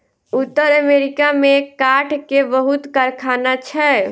उत्तर अमेरिका में काठ के बहुत कारखाना छै